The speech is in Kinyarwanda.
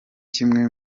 kimwe